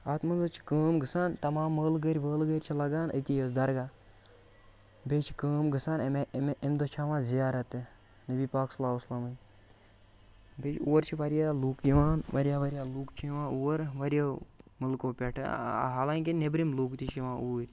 اَتھ منٛز حظ چھِ کٲم گژھان تَمام مٲلہٕ گٔرۍ وٲلہٕ گٔرۍ چھِ لَگان أتی حظ درگاہ بیٚیہِ چھِ کٲم گژھان اَمہِ اَمے امہِ دۄہ چھِ یِوان زیارتہِ نبی پاک صلی اللہ وَسَلَمن بیٚیہِ اور چھِ واریاہ لُکھ یِوان واریاہ واریاہ لُکھ چھِ یِوان اور واریاہو مُلکو پٮ۪ٹھٕ حالانٛکہِ نٮ۪برِم لُکھ تہِ چھِ یِوان اوٗرۍ